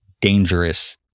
dangerous